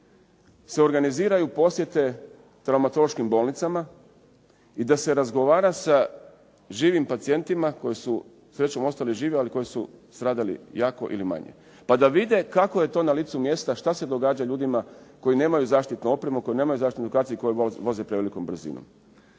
se organiziraju posjete traumatološkim bolnicama i da se razgovara sa živim pacijentima koji su srećom ostali živi a koji su stradali jako ili manje, pa da vide kako je to na licu mjesta, šta se događa ljudima koji nemaju zaštitnu opremu, koji nemaju zaštitnu kacigu i koji voze prevelikom brzinom.